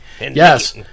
Yes